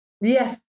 Yes